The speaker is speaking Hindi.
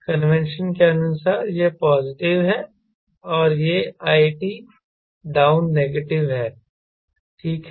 कन्वेंशन के अनुसार यह पॉजिटिव है और यह it डाउन नेगेटिव है ठीक है